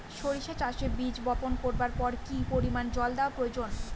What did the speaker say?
সরিষা চাষে বীজ বপন করবার পর কি পরিমাণ জল দেওয়া প্রয়োজন?